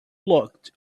looked